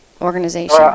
organization